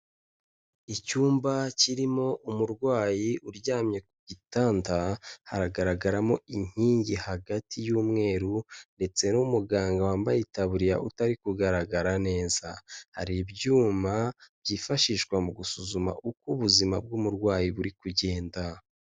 Icyumba kirimo umurwayi uryamye ku gitanda, haragaragaramo inkingi hagati y'umweru ndetse n'umuganga wambaye itaburiya utari kugaragara neza, hari ibyuma byifashishwa mu gusuzuma uko ubuzima bw'umurwayi buri kugenda.